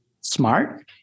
smart